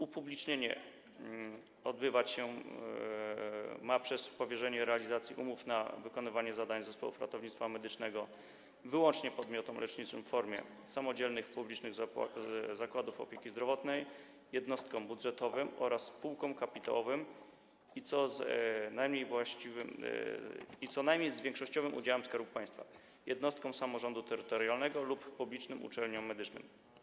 Upublicznienie odbywać się ma przez powierzenie realizacji umów o wykonywanie zadań zespołów ratownictwa medycznego wyłącznie podmiotom leczniczym w formie samodzielnych publicznych zakładów opieki zdrowotnej, jednostkom budżetowym oraz spółkom kapitałowym z co najmniej większościowym udziałem Skarbu Państwa, jednostkom samorządu terytorialnego lub publicznym uczelniom medycznym.